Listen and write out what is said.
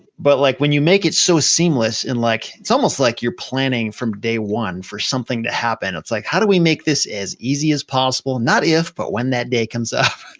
but like when you make it so seamless, and like it's almost like you're planning from day one for something to happen. it's like, how do we make this as easy as possible, not if, but when that day comes up?